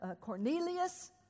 Cornelius